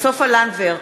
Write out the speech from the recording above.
סופה לנדבר,